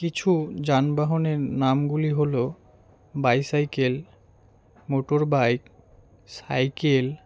কিছু যানবাহনের নামগুলি হলো বাইসাইকেল মোটরবাইক সাইকেল